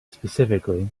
specifically